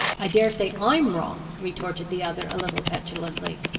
i dare say i'm wrong, retorted the other, a little petulantly.